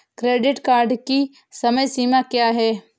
Credit card की समय सीमा क्या है?